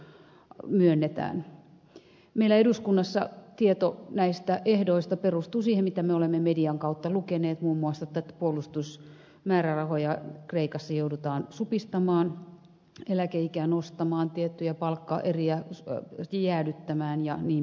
meillä eduskunnassa tieto näistä ehdoista perustuu siihen mitä me olemme median kautta lukeneet muun muassa että puolustusmäärärahoja kreikassa joudutaan supistamaan eläkeikää nostamaan tiettyjä palkkaeriä jäädyttämään jnp